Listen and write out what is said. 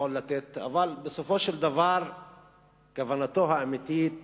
אבל בסופו של דבר כוונתו האמיתית